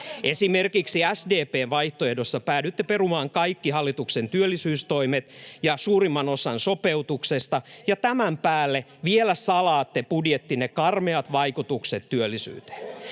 Esimerkiksi SDP:n vaihtoehdossa päädytte perumaan kaikki hallituksen työllisyystoimet ja suurimman osan sopeutuksista. Ja tämän päälle vielä salaatte budjettinne karmeat vaikutukset työllisyyteen.